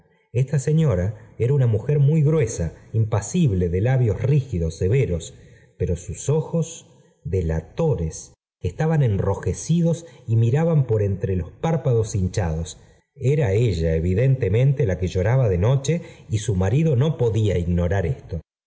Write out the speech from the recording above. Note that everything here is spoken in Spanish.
ffjfeta señora era una mujer muy gruesa impasitle de labios rígidos severos pero sus ojos de latores estaban enrojecidos y miraban por entre jos párpados hinchados era ella evidentemente pj que lloraba de noche y su marido no podía igujaotar esto